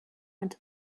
into